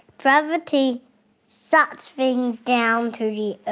gravity sucks things down to the